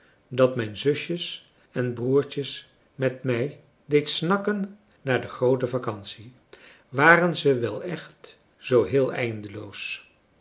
dat mijn zusjes en broertjes met mij deed snakken naar de groote vacantie waren ze wel echt zoo heel eindeloos